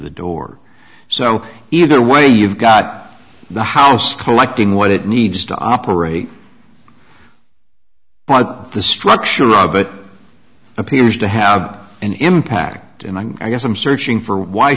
the door so either way you've got the house collecting what it needs to operate the structure rob it appears to have an impact and i guess i'm searching for why